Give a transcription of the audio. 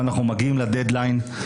ואנחנו מגיעים לדד-ליין.